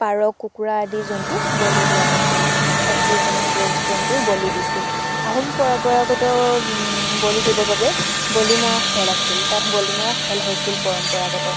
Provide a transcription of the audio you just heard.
পাৰ কুকুৰা আদি জন্তু বলি দিয়া হৈছিল তাত এইসমূহ জন্তুৰ বলি দিছিল আহোম পৰম্পৰাগত বলি দিবৰ বাবে বলি মৰা খেল আছিল তাত বলি মৰা খেল হৈছিল পৰম্পৰাগত